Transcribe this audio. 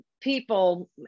people